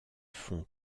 fonds